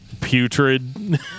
putrid